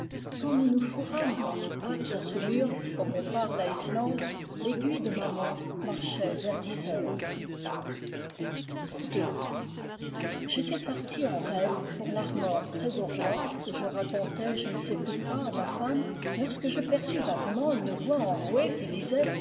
quand nous nous fourrâmes dans nos boîtes à saumure comme on parle à islande l'aiguille de ma montre marchait vers dix heures ii j'étais parti en rêve pour l'armor trégorois et je racontais je ne sais plus quoi à ma femme lorsque je perçus vaguement une voix enrouée qui disait